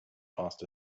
passed